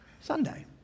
Sunday